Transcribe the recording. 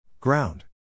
Ground